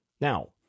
Now